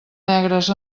negres